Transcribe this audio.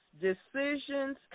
decisions